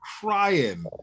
crying